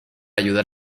ayudar